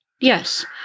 Yes